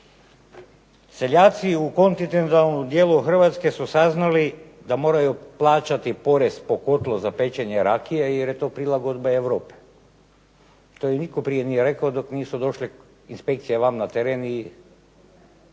Seljaci u kontinentalnom dijelu Hrvatske su saznali da moraju plaćati porez po kotlu za pečenje rakije jer je to prilagodba Europe. To im nitko prije nije rekao dok nisu došle inspekcije van na teren i